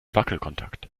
wackelkontakt